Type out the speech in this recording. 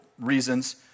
reasons